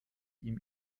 ihm